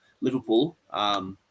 Liverpool